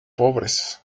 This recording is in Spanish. pobres